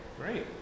Great